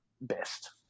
best